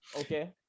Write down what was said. okay